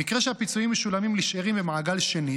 במקרה שהפיצויים משולמים לשאירים במעגל שני,